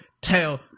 tell